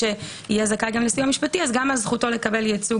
שיהיה זכאי לסיוע משפטי התשל"ג 1972 "גם זכותו לקבלת ייצוג,